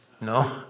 No